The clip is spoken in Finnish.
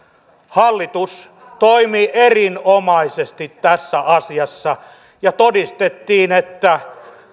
hallitus toimi erinomaisesti tässä asiassa ja todistettiin että